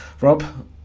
Rob